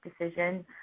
decision